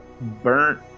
burnt